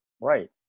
Right